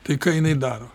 tai ką jinai daro